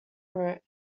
route